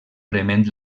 prement